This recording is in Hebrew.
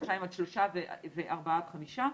חודשיים עד שלושה וארבעה עד חמישה.